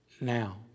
now